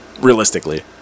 realistically